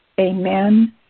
Amen